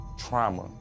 trauma